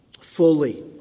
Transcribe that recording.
fully